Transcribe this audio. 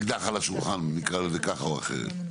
אקדח על השולחן נקרא לזה כך או אחרת.